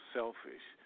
selfish